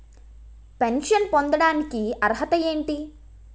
Pension పొందడానికి అర్హత ఏంటి?